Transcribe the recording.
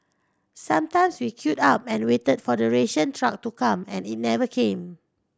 sometimes we queued up and waited for the ration truck to come and it never came